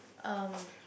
um